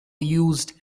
used